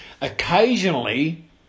Occasionally